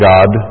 God